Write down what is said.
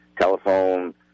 telephone